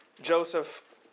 Joseph